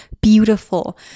beautiful